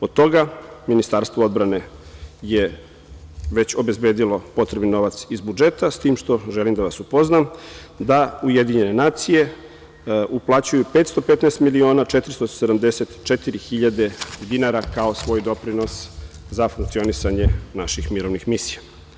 Od toga Ministarstvo odbrane je već obezbedilo potreban novac iz budžeta, s tim što želim da vas upoznam da UN uplaćuju 515 miliona 474 hiljade dinara kao svoj doprinos za funkcionisanje naših mirovnih misija.